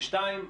ודבר שני,